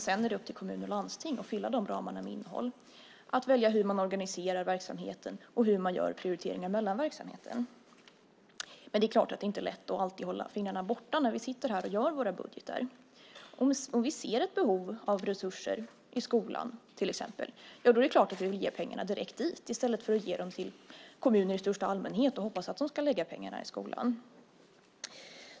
Sedan är det upp till kommuner och landsting att fylla de ramarna med innehåll, att välja hur man organiserar verksamheten och hur man gör prioriteringar mellan verksamheter. Men det är inte lätt att alltid hålla fingrarna borta när vi sitter här och gör våra budgetar. Om vi till exempel ser ett behov av resurser i skolan är det klart att vi vill ge pengarna direkt dit i stället för att ge dem till kommuner i största allmänhet och hoppas att de ska lägga pengarna i skolan.